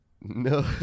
No